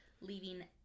leaving